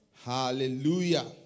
Hallelujah